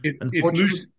unfortunately